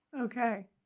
Okay